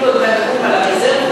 על הרזרבות,